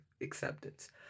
acceptance